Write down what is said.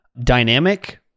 Dynamic